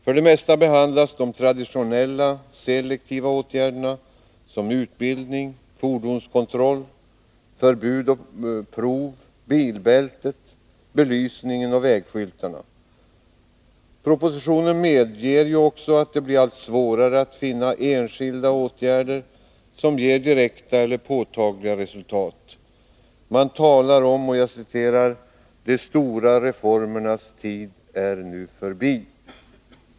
För det mesta behandlas de traditionella selektiva åtgärderna som utbildning, fordonskontroll, förbud och prov, bilbältet, belysningen och vägskyltarna. I propositionen medges också att det blir allt svårare att finna enskilda åtgärder som ger direkta och påtagliga resultat. Man talar om att ”de stora reformernas tid nu är förbi”.